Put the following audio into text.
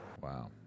Wow